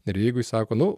ir jeigu jis sako nu